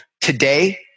Today